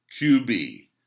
QB